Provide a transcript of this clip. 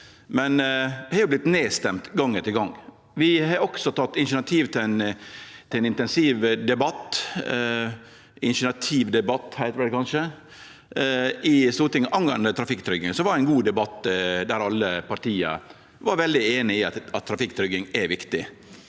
men har vorte nedstemt gong etter gong. Vi har også teke initiativ til ein initiativdebatt i Stortinget angåande trafikktrygging, som var ein god debatt der alle partia var veldig einige om at trafikktrygging er viktig.